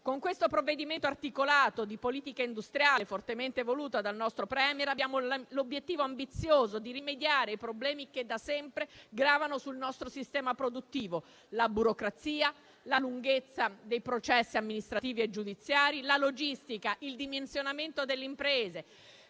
Con questo provvedimento articolato di politica industriale, fortemente voluto dal nostro *Premier*, abbiamo l'obiettivo ambizioso di rimediare i problemi che da sempre gravano sul nostro sistema produttivo: la burocrazia, la lunghezza dei processi amministrativi e giudiziari, la logistica, il dimensionamento delle imprese